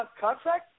contract